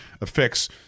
affects